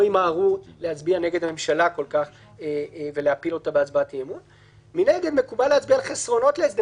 ושבו אמורים להיפגש אנשי עסקים ולנהל שיחות שמנהלים בטרקלינים.